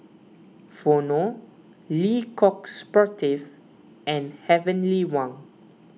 Vono Le Coq Sportif and Heavenly Wang